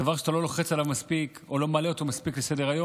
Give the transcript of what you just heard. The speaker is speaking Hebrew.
דבר שאתה לא לוחץ עליו מספיק או לא מעלה אותו מספיק על סדר-היום,